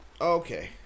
Okay